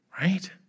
right